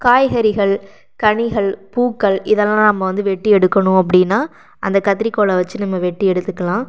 காய்கறிகள் கனிகள் பூக்கள் இதெல்லாம் நம்ம வந்து வெட்டி எடுக்கணு அப்படின்னா அந்த கத்திரிக்கோலை வச்சு நம்ம வெட்டி எடுத்துக்கலாம்